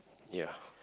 ya